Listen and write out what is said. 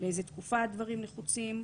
לאיזו תקופה הדברים נחוצים.